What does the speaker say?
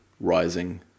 rising